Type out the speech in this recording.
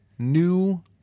new